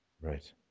Right